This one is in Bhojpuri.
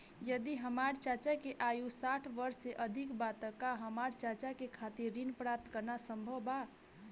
यदि हमार चाचा के आयु साठ वर्ष से अधिक बा त का हमार चाचा के खातिर ऋण प्राप्त करना संभव बा?